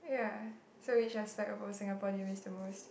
yeah so which aspect of Singapore do you miss the most